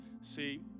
See